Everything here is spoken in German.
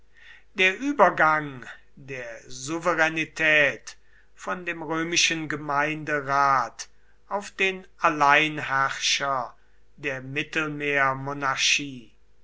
der übergang der souveränität von dem römischen gemeinderat auf den alleinherrscher der